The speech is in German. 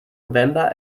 november